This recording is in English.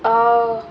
oh